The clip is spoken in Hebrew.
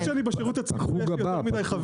מאז שאני בשירות הציבורי יש לי הרבה חברים,